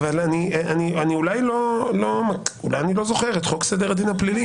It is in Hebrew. אולי אני לא זוכר את חוק סדר הדין הפלילי.